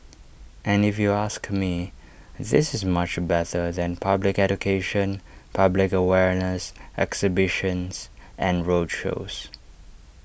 and if you ask me this is much better than public education public awareness exhibitions and roadshows